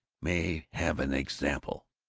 may have an example.